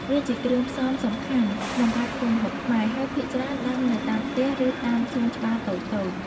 វាជាគ្រឿងផ្សំសំខាន់ក្នុងការធ្វើម្ហូបខ្មែរ ហើយភាគច្រើនដាំនៅតាមផ្ទះ ឬតាមសួនច្បារតូចៗ។